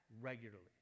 regularly